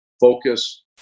focus